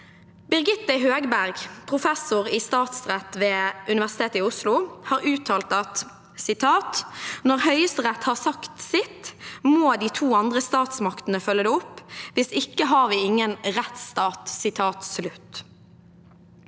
Benedikte Høgberg, professor i statsrett ved Universitetet i Oslo, har uttalt: «Når Høyesterett har sagt sitt, må de to andre statsmaktene følge det opp. Hvis ikke har vi ingen rettsstat.»